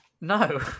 No